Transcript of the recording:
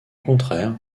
contraire